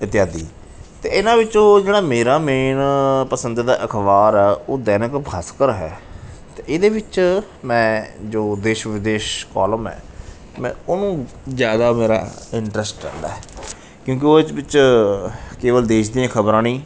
ਅਤੇ ਆਦਿ ਅਤੇ ਇਹਨਾਂ ਵਿੱਚੋਂ ਜਿਹੜਾ ਮੇਰਾ ਮੇਨ ਪਸੰਦੀਦਾ ਅਖ਼ਬਾਰ ਆ ਉਹ ਦੈਨਿਕ ਭਾਸਕਰ ਹੈ ਅਤੇ ਇਹਦੇ ਵਿੱਚ ਮੈਂ ਜੋ ਦੇਸ਼ ਵਿਦੇਸ਼ ਕੌਲਮ ਹੈ ਮੈਂ ਉਹਨੂੰ ਜ਼ਿਆਦਾ ਮੇਰਾ ਇੰਟਰਸਟ ਆਉਂਦਾ ਹੈ ਕਿਉਂਕਿ ਉਹ ਦੇ ਵਿੱਚ ਕੇਵਲ ਦੇਸ਼ ਦੀਆਂ ਖ਼ਬਰਾਂ ਨਹੀਂ